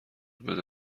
بده